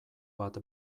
bat